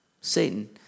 Satan